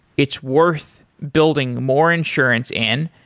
it's worth building more insurance in,